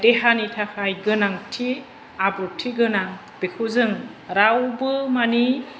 देहानि थाखाय गोनांथि आब्रुथि गोनां बेखौ जों रावबो मानि